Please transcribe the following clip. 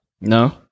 No